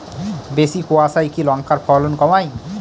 বেশি কোয়াশায় কি লঙ্কার ফলন কমায়?